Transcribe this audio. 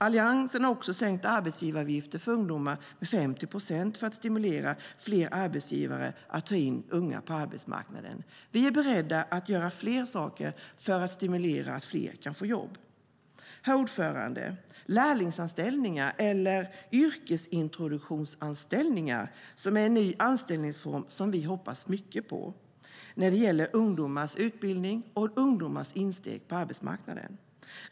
Alliansen har dessutom sänkt arbetsgivaravgiften med 50 procent för ungdomar för att stimulera fler arbetsgivare att ta in unga på arbetsplatsen. Vi är beredda att göra ytterligare saker för att fler ska få jobb. Herr talman! Lärlingsanställningar eller yrkesintroduktionsanställningar är en ny anställningsform som vi hoppas mycket på när det gäller ungdomars utbildning och insteg på arbetsmarknaden.